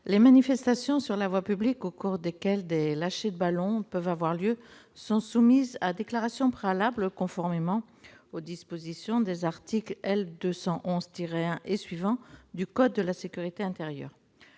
les manifestations sur la voie publique, au cours desquelles des lâchers de ballons peuvent avoir lieu, sont soumises à déclaration préalable, conformément aux dispositions des articles L. 211-1 et suivants du code de la sécurité intérieure.